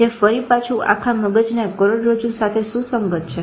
જે ફરી પાછું આખા મગજના કરોડ રજ્જુ સાથે સુસંગત છે